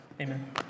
amen